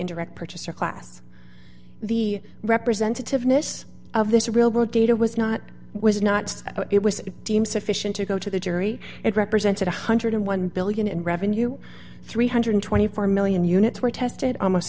indirect purchaser class the representative miss of this real world data was not was not that it was deemed sufficient to go to the jury it represented a one hundred and one billion in revenue three hundred and twenty four million units were tested almost